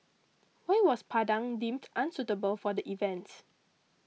why was Padang deemed unsuitable for the event